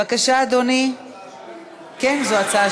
בבקשה, אדוני, כן, זו הצעה